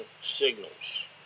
signals